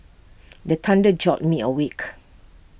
the thunder jolt me awake